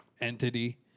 entity